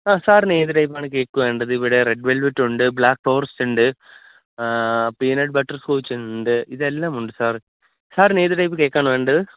ആ സാറിന് ഏത് ടൈപ്പാണ് കേക്ക് വേണ്ടത് ഇവിടെ റെഡ് വെല്വറ്റ് ഉണ്ട് ബ്ലാക്ക് ഫോറസ്റ്റ് ഉണ്ട് പീനട്ട് ബട്ടര് സ്കോച്ച് ഉണ്ട് ഇതെല്ലാം ഉണ്ട് സാര് സാറിന് ഏത് ടൈപ്പ് കേക്കാണ് വേണ്ടത്